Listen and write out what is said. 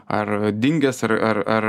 ar dingęs ar ar ar